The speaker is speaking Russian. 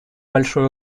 большой